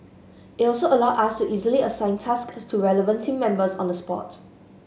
it also allow us to easily assign tasks to relevant team members on the spot